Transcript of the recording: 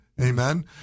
Amen